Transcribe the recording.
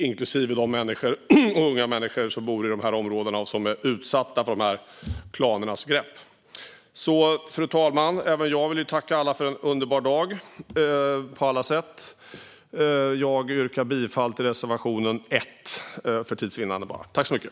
Den friheten gäller även de som bor i de här områdena och som är utsatta för klanernas grepp. Fru talman! Även jag vill tacka alla för en på alla sätt underbar dag. Jag yrkar för tids vinnande bifall endast till reservation 1.